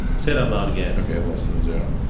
say it out loud again okay, less than zero